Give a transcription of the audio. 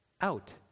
out